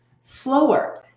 slower